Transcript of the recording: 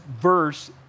verse